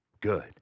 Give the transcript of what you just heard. good